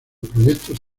proyectos